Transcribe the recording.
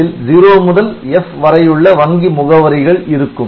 அதில் 0 முதல் F வரையுள்ள வங்கி முகவரிகள் இருக்கும்